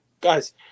guys